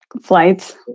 flights